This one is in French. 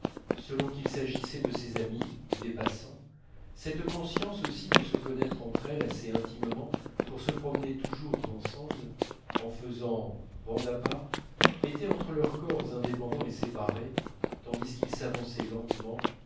selon qu'il s'agissait de l'une de ses amies ou des passants cette conscience aussi de se connaître entre elles assez intimement pour se promener toujours ensemble en faisant bande à part mettaient entre leurs corps indépendants et séparés tandis qu'ils s'avançaient lentement